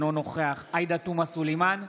אינו נוכח עאידה תומא סלימאן,